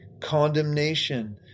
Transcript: condemnation